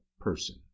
person